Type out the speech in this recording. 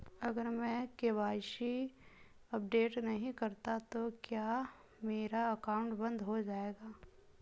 अगर मैं KYC update नहीं करता तो क्या मेरा अकाउंट बंद हो जाएगा?